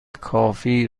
کافی